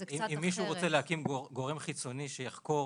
אם מישהו רוצה להקים גורם חיצוני שיחקור